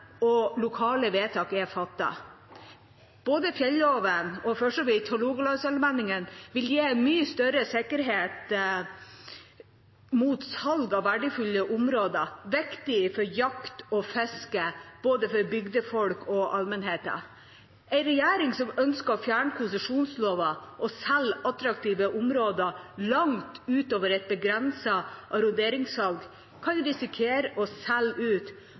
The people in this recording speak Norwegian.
og lokale vedtak er fattet. Både fjelloven og for så vidt også Hålogalandsallmenningen vil gi en mye større sikkerhet mot salg av verdifulle områder som er viktige for jakt og fiske for både bygdefolk og allmennheten. En regjering som ønsker å fjerne konsesjonsloven og selge attraktive områder langt utover et begrenset arronderingssalg, kan risikere å selge ut